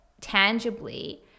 tangibly